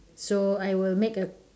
so I will make a